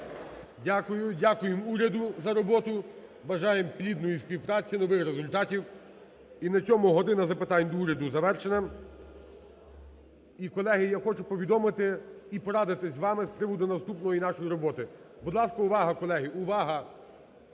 Дякую. Дякуємо уряду за роботу. Бажаємо плідної співпраці, нових результатів. І на цьому "година запитань до Уряду" завершена. Колеги, я хочу повідомити і порадитись з вами з приводу наступної нашої роботи. Будь ласка, увага, колеги. Увага!